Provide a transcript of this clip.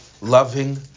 loving